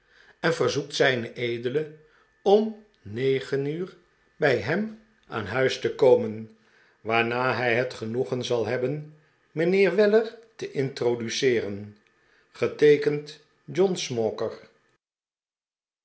verzoekt zed om negen uur bij hem aan huis te komeh waarna hij het genoegen zal neb ben mijnheer weller te introduceeren geteekend john smauker